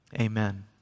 amen